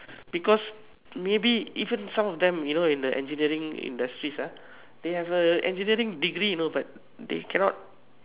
because maybe even some of them in the engineering industries ah they have a engineering degree you know but they cannot